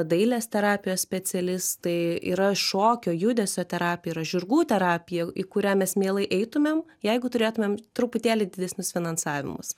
dailės terapijos specialistai yra šokio judesio terapija yra žirgų terapija į kurią mes mielai eitumėm jeigu turėtumėm truputėlį didesnius finansavimus